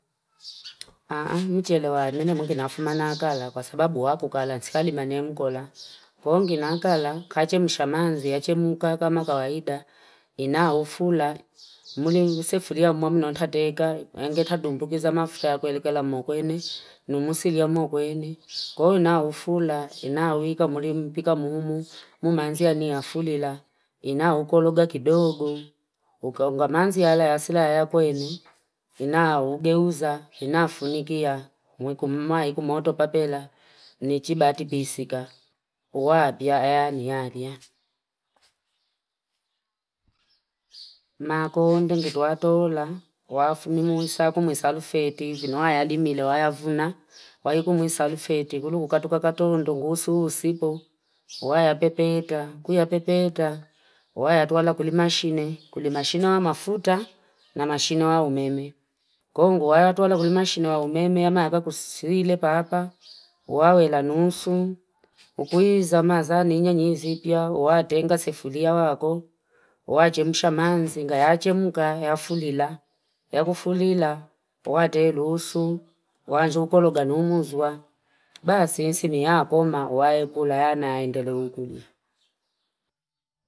ni mcheli wali nafuma nakala kwa sababu waku kala, tsikali manye mkola. Kwa hongi na kala, kache mshamanzi, kache muka kama kawahida. Ina ufula, mwini usifuria mwamu no tateka, enge tatumbu kiza mafya kwele kala mwukwene, numusiria mwukwene. Kwa ina ufula, ina uika mwari mpika mwumu, mwumanzia ni afulila. Ina ukoluga kidogo, ukeungamanzi ala yasila ayakwene. Ina ugeuza, ina afunigia, mwiku mwari kumoto papela, nijibati bisika. Kwa abia, aya ni alia. Makonde nkituatola, kwa afunimuisa, kumisalufeti. Nwaya alimile, waya vuna, wayu kumisalufeti. Kuluku katuka katolo ndongusu usipo, waya pepeta, kuya pepeta. Waya atuwala kulimashine, kulimashine wa mafuta, na mashine wa umeme. Kongu, waya atuwala kulimashine wa umeme, yama yaka kusile paka, wawela nusu. Ukuiza maza ni ina njizibia, watenga sefulia wako, wachemusha manzi, nga yachemuka ya afulila. Ya kufulila, watelusu, wanchukoluga numuzwa. Basisi miakoma, wakulayana, indele ukuli.